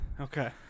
Okay